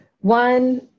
One